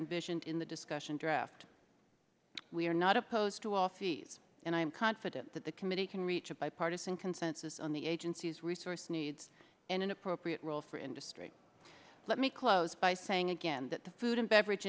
envisioned in the discussion draft we are not opposed to all fees and i am confident that the committee can reach a bipartisan consensus on the agency's resource needs and an appropriate role for industry let me close by saying again that the food and beverage